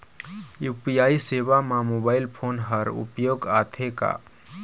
UPI सेवा म mobile phone हर उपयोग आथे का?